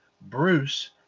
Bruce